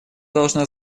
должна